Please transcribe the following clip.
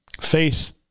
Faith